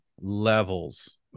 levels